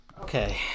Okay